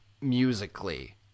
musically